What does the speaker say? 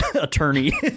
attorney